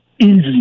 Easy